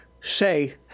say